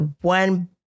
one